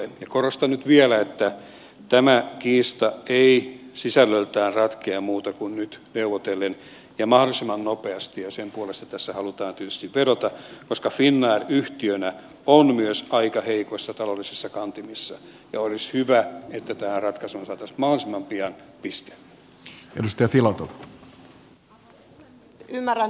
korostan nyt vielä että tämä kiista ei sisällöltään ratkea muuten kuin nyt neuvotellen ja mahdollisimman nopeasti ja sen puolesta tässä halutaan tietysti vedota koska finnair yhtiönä on myös aika heikoissa taloudellisissa kantimissa ja olisi hyvä että tähän ratkaisuun saataisiin mahdollisimman pian piste